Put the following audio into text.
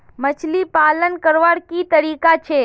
मछली पालन करवार की तरीका छे?